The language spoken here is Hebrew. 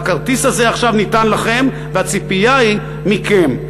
והכרטיס הזה עכשיו ניתן לכם והציפייה היא מכם.